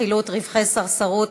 חילוט רווחי סרסרות),